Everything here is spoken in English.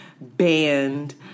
band